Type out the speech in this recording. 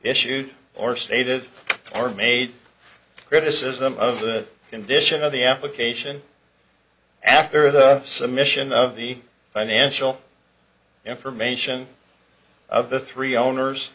issues or stated or made criticism of the condition of the application after the submission of the financial information of the three owners